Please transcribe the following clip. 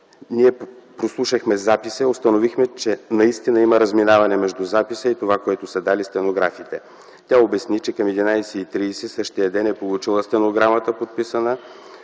Ние прослушахме записа и установихме, че наистина има разминаване между записа и това, което са дали стенографите”. Тя обясни, че към 11,30 ч. същия ден е получила стенограмата, подписана